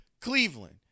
Cleveland